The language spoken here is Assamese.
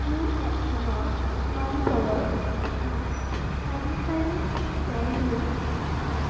ইউ এ এন নম্বৰৰ আঠ চাৰি চাৰি ছয় দুই এক